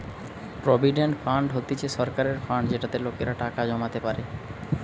provident fund হতিছে সরকারের fund যেটাতে লোকেরা টাকা জমাতে পারে